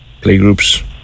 playgroups